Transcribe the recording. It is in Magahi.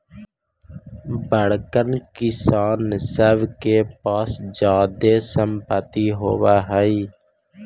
बड़कन किसान सब के पास जादे सम्पत्ति होवऽ हई